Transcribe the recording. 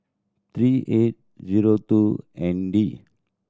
three eight zero two N D